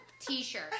t-shirt